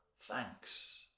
thanks